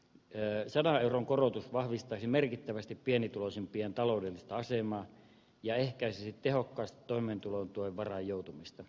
ee sadan euron korotus vahvistaisi merkittävästi pienituloisimpien taloudellista asemaa ja ehkäisisi tehokkaasti toimeentulotuen varaan joutumista